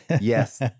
Yes